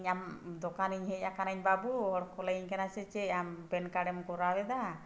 ᱤᱧ ᱟᱢ ᱫᱚᱠᱟᱱᱤᱧ ᱦᱮᱡ ᱟᱠᱟᱱᱟᱧ ᱵᱟᱹᱵᱩ ᱦᱚᱲ ᱠᱚ ᱞᱟᱹᱭᱟᱹᱧ ᱠᱟᱱᱟ ᱥᱮ ᱪᱮᱫ ᱟᱢ ᱮᱢ ᱠᱚᱨᱟᱣ ᱮᱫᱟ